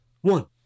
one